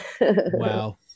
Wow